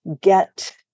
get